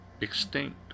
extinct